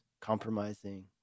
compromising